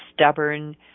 stubborn